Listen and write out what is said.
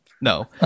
No